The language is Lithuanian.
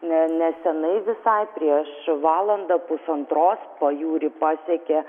ne nesenai visai prieš valandą pusantros pajūrį pasiekė